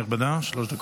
הדוח